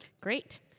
Great